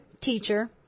teacher